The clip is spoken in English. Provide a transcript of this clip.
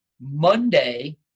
Monday